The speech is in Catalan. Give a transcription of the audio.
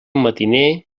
matiner